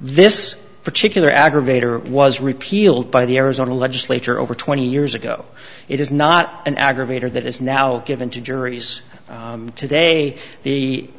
this particular aggravator was repealed by the arizona legislature over twenty years ago it is not an aggravator that is now given to juries today the